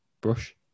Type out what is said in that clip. brush